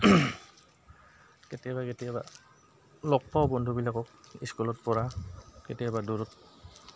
কেতিয়াবা কেতিয়াবা লগ পাওঁ বন্ধুবিলাকক স্কুলত পঢ়া কেতিয়াবা দূৰত